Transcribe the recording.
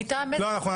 מי בעד, ירים את ידו.